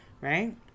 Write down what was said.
right